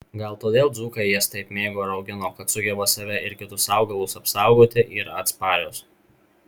gal todėl dzūkai jas taip mėgo ir augino kad sugeba save ir kitus augalus apsaugoti yra atsparios